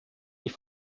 die